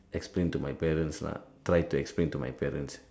explain to my parents lah try to explain to my parents